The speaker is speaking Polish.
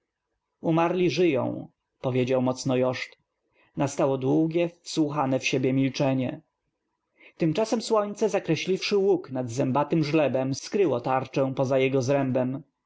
umarli żyją pow iedział m ocno joszt n astało długie w słuchane w siebie milczenie tym czasem słońce zakreśliwszy łuk nad zę batym żlebem skryło tarczę poza jego zrębem